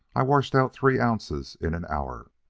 i washed out three ounces in an hour.